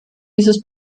dieses